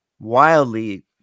wildly